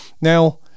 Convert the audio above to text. Now